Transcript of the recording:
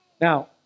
Now